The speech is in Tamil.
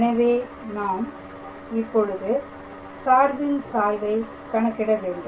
எனவே நாம் இப்பொழுது சார்பின் சாய்வை கணக்கிட வேண்டும்